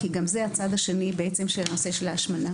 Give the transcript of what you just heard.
כי גם זה הצד השני של נושא ההשמנה.